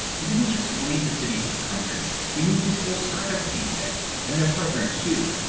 he didn't just flee the city for the country. he moved his whole startup team there and their partners, too.